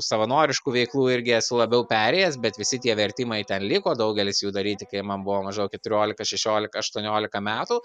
savanoriškų veiklų irgi esu labiau perėjęs bet visi tie vertimai ten liko daugelis jų daryti kai man buvo maždaug keturiolika šešiolika aštuoniolika metų